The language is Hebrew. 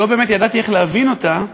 שלא באמת ידעתי איך להבין אותה,